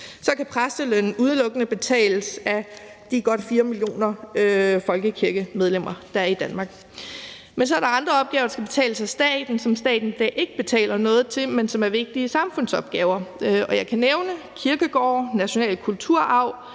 Så kan præstelønninger udelukkende betales af de godt 4 millioner folkekirkemedlemer, der er i Danmark. Men så er der andre opgave, der skal betales af staten, og som staten i dag ikke betaler noget til, men som er vigtige samfundsopgaver, og jeg kan nævne kirkegårde, national kulturarv,